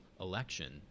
election